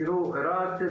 תראו, רהט היא